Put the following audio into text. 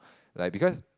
like because